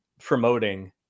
promoting